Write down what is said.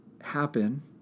happen